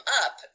up